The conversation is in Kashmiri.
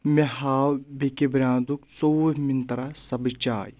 مےٚ ہاو بیٚکہِ براندُک چووُہ منترٛا سبٕز چاے